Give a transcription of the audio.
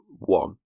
One